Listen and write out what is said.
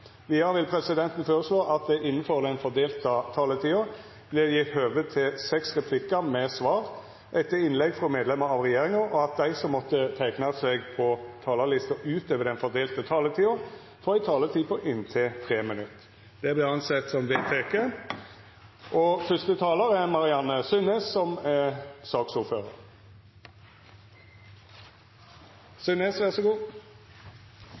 Vidare vil presidenten føreslå at det – innanfor den fordelte taletida – vert gjeve høve til seks replikkar med svar etter innlegg frå medlemer av regjeringa, og at dei som måtte teikna seg på talarlista utover den fordelte taletida, får ei taletid på inntil 3 minutt. – Det